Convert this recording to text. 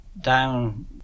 down